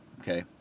Okay